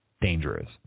dangerous